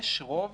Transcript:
יש רוב